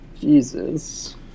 Jesus